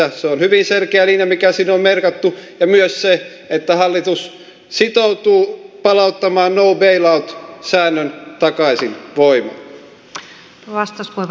se on hyvin selkeä linja mikä sinne on merkattu ja myös se että hallitus sitoutuu palauttamaan no bail out säännön takaisin voimaan